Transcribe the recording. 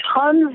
tons